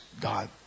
God